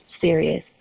serious